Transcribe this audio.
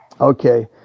Okay